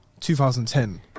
2010